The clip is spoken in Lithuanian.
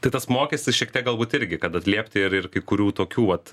tai tas mokestis šiek tiek galbūt irgi kad atliept ir ir kai kurių tokių vat